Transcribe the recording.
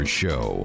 show